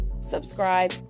subscribe